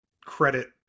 credit